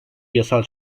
yasal